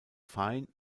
fein